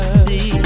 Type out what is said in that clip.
see